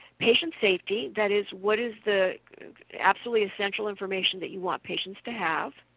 patient safety, that is, what is the absolutely essential information that you want patients to have.